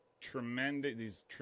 tremendous